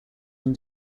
une